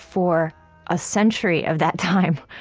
for a century of that time,